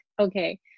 okay